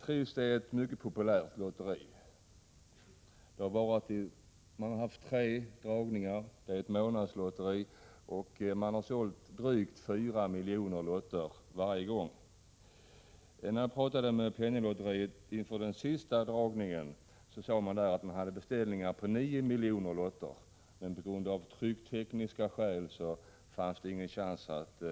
Trisslotteriet är ett mycket populärt lotteri. Det är ett månadslotteri. Man har haft tre dragningar och man har sålt drygt 4 miljoner lotter varje gång. När jag pratade med Penninglotteriet inför den senaste dragningen sade man där att man hade beställningar på 9 miljoner lotter, men av trycktekniska skäl fanns det ingen chans att